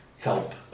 help